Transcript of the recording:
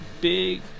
big